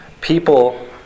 people